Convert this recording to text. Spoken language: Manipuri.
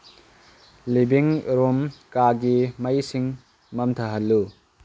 ꯂꯤꯕꯤꯡ ꯔꯨꯝ ꯀꯥꯒꯤ ꯃꯩꯁꯤꯡ ꯃꯝꯊꯍꯜꯂꯨ